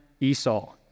Esau